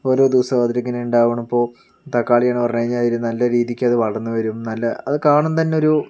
ഓരോ ദിവസം അതിലിങ്ങനെ ഉണ്ടാവണ് അപ്പോൾ തക്കാളിയാണ് പറഞ്ഞ് കഴിഞ്ഞാൽ ഒരു നല്ലൊരു രീതിക്കത് വളർന്ന് വരും നല്ല അത് കാണും തന്നെ ഒരു